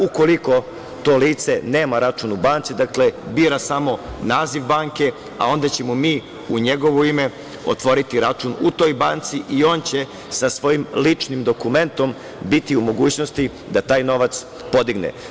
Ukoliko to lice nema račun u banci, dakle, bira samo naziv banke, a onda ćemo mi u njegovo ime otvoriti račun u toj banci i on će sa svojim ličnim dokumentom biti u mogućnosti da taj novac podigne.